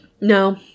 No